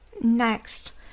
Next